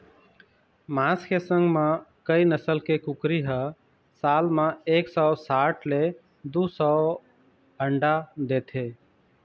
मांस के संग म कइ नसल के कुकरी ह साल म एक सौ साठ ले दू सौ अंडा देथे